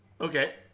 okay